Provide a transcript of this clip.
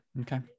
Okay